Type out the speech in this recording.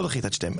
לא דחית את שניהם,